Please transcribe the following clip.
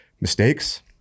mistakes